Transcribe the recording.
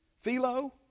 Philo